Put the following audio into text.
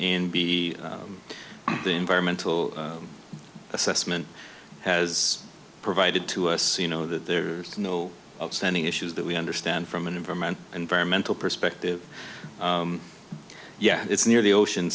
b the environmental assessment has provided to us you know that there's no standing issues that we understand from an environmental environmental perspective yeah it's near the ocean